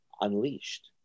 unleashed